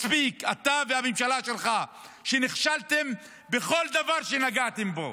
מספיק, אתה והממשלה שלך נכשלתם בכל דבר שנגעתם בו.